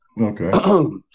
okay